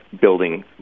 building